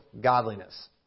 godliness